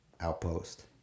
outpost